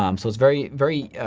um so it's very very